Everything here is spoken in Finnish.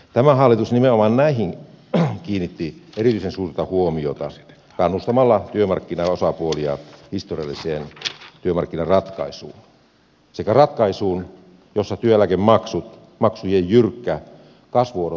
tämä hallitus nimenomaan näihin kiinnitti erityisen suurta huomiota kannustamalla työmarkkinaosapuolia historialliseen työmarkkinaratkaisuun sekä ratkaisuun jossa työeläkemaksujen jyrkkä kasvuodotus torjuttiin